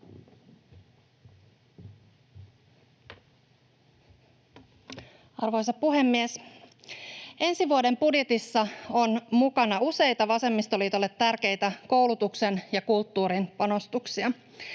Arvoisa puhemies! Ensi vuoden budjetissa on mukana useita vasemmistoliitolle tärkeitä koulutuksen ja kulttuurin panostuksia.